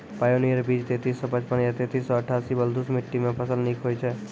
Pioneer बीज तेंतीस सौ पचपन या तेंतीस सौ अट्ठासी बलधुस मिट्टी मे फसल निक होई छै?